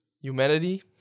humanity